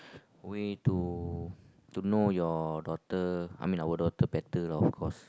way to to know your daughter I mean our daughter better lah of course